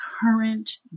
current